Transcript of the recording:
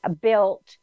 built